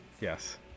yes